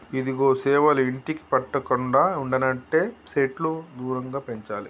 ఇదిగో సేవలు ఇంటికి పట్టకుండా ఉండనంటే సెట్లు దూరంగా పెంచాలి